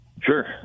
Sure